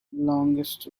longest